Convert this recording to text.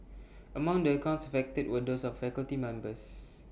among the accounts affected were those of faculty members